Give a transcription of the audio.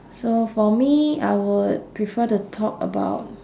so for me I would prefer to talk about